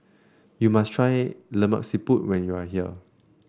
you must try Lemak Siput when you are here